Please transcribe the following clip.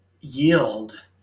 yield